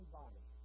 body